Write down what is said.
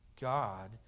God